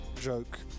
joke